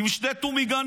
עם שני טומיגנים,